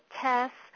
tests